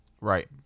right